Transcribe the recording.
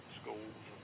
schools